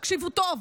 תקשיבו טוב,